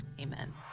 amen